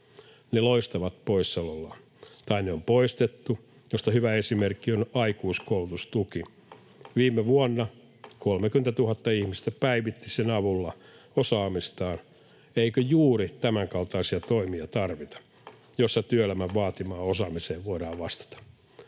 loistavat poissaolollaan, tai ne on poistettu, mistä hyvä esimerkki on aikuiskoulutustuki. Viime vuonna 30 000 ihmistä päivitti sen avulla osaamistaan. Eikö tarvita juuri tämänkaltaisia toimia, joissa työelämän vaatimaan osaamiseen voidaan vastata?